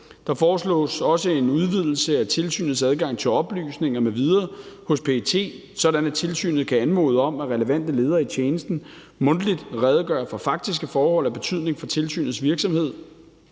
Der foreslås også en udvidelse af tilsynets adgang til oplysninger m.v. hos PET, sådan at tilsynet kan anmode om, at relevante ledere i tjenesten mundtligt redegør for faktiske forhold af betydning for tilsynets virksomhed.